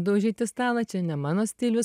daužyti stalą čia ne mano stilius